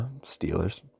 Steelers